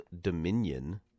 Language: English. Dominion